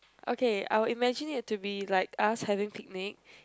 okay I would imagine it to be like us having picnic